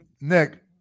Nick